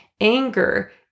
anger